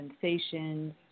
sensations